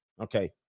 Okay